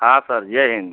हाँ सर जय हिन्द